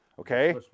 Okay